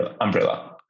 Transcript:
umbrella